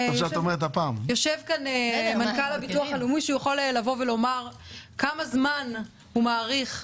יושב כאן מנכ"ל הביטוח הלאומי שיכול לומר תוך כמה זמן הוא מעריך,